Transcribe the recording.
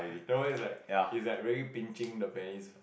that one is like is like really pinching the base